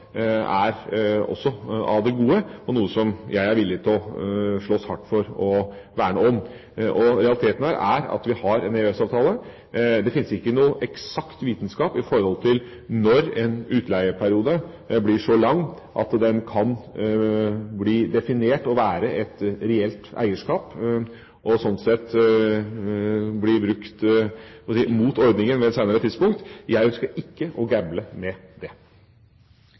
vannkraften, også er av det gode, og noe som jeg er villig til å slåss hardt for og verne om. Realiteten er at vi har en EØS-avtale. Det finnes ikke noen eksakt vitenskap om når en utleieperiode blir så lang at den kan defineres som å være et reelt eierskap, og sånn sett bli brukt mot ordningen ved et senere tidspunkt. Jeg ønsker ikke å gamble med det.